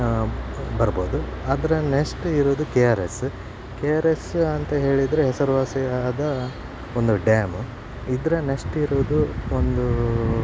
ಬರ್ಬೋದು ಅದರ ನೆಸ್ಟ್ ಇರೋದು K R S K R S ಅಂತ ಹೇಳಿದರೆ ಹೆಸರುವಾಸಿಯಾದ ಒಂದು ಡ್ಯಾಮ್ ಇದರ ನೆಸ್ಟ್ ಇರೋದು ಒಂದು